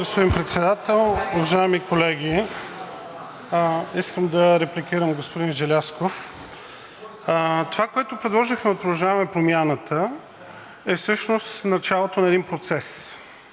господин Председател, уважаеми колеги! Искам да репликирам господин Желязков. Това, което предложихме от „Продължаваме Промяната“, е всъщност началото на един процес